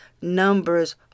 Numbers